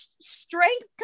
strength